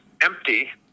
empty